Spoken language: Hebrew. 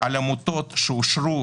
על עמותות שאושרו